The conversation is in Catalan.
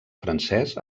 francès